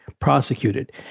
prosecuted